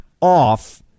off